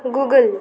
Google